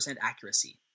accuracy